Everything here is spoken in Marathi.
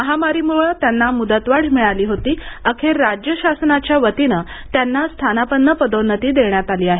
महामारीमुळे त्यांना मुदतवाढ मिळाली होती अखेर राज्य शासनाच्या वतीने त्यांना स्थानापन्न पदोन्नती देण्यात आली आहे